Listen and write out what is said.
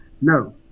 no